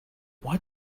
what